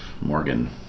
Morgan